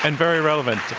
and very relevant.